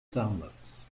downloads